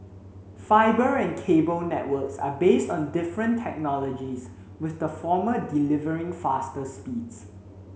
fibre and cable networks are based on different technologies with the former delivering faster speeds